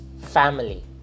family